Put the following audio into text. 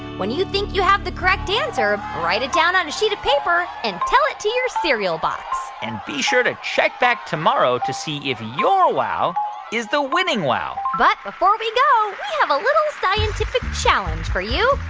when you think you have the correct answer, write it down on a sheet of paper and tell it to your cereal box and be sure to check back tomorrow to see if your wow is the winning wow but before we go, we have a little scientific challenge for you.